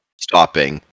stopping